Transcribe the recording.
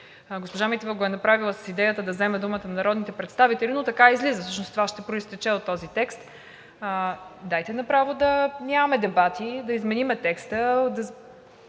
госпожа Митева го е направила с идеята да вземе думата на народните представители, но така излиза, всъщност това ще произтече от този текст. Дайте направо да нямаме дебати, да изменим текста,